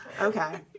Okay